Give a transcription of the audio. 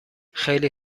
خیلی